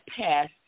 passed